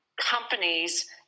Companies